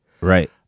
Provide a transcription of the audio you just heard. Right